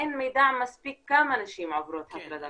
אין מידע מספיק כמה נשים עוברות הטרדה מינית במקומות העבודה.